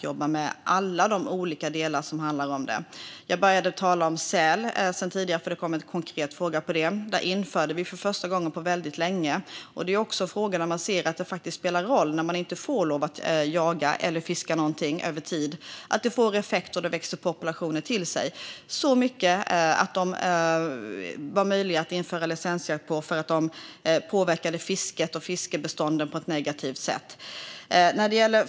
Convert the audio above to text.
Jag har tidigare talat om säl - det kom en konkret fråga om säl. Vi ser att det faktiskt spelar en roll när man inte får lov att jaga eller fiska över tid i form av att populationer växer till sig. De har vuxit till sig så mycket att det har varit möjligt att införa licensjakt eftersom sälarna påverkar fisket och fiskbestånden på ett negativt sätt.